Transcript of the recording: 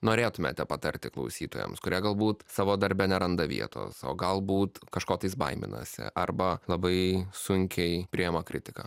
norėtumėte patarti klausytojams kurie galbūt savo darbe neranda vietos o galbūt kažko tais baiminasi arba labai sunkiai priima kritiką